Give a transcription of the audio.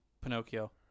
Pinocchio